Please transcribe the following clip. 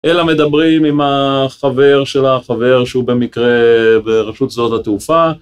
אלא מדברים עם החבר שלה, חבר שהוא במקרה ברשות שדות התעופה.